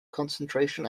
concentration